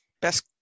best